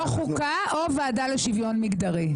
או חוקה או הוועדה לשוויון מגדרי.